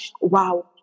wow